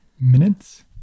minutes